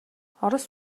орос